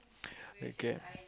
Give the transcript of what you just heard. okay